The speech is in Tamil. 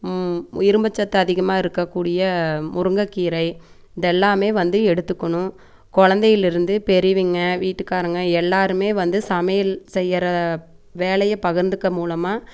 இரும்புச்சத்து அதிகமாக இருக்கக்கூடிய முருங்கக்கீரை இதெல்லாமே வந்து எடுத்துக்கணும் குழந்தைலிருந்து பெரியவிங்க வீட்டுக்காரங்க எல்லாருமே வந்து சமையல் செய்கிற வேலையை பகிர்ந்துக்கும் மூலமாக